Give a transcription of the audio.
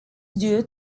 due